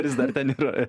vis dar ten ir